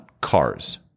cars